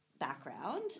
background